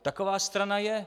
Taková strana je.